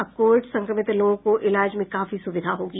अब कोविड संक्रमित लोगों को इलाज में काफी सुविधा होगी